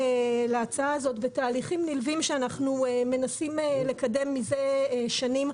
ותהליכים נלווים שאנחנו מנסים לקדם מזה שנים.